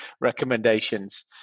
recommendations